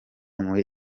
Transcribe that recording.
muri